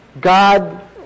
God